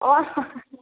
অ